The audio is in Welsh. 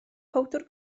powdr